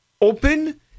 open